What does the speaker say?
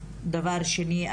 דבר שני,